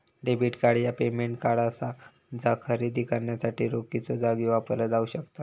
debit card ह्या payment card असा जा खरेदी करण्यासाठी रोखीच्यो जागी वापरला जाऊ शकता